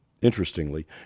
Interestingly